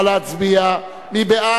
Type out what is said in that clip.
רק רגע.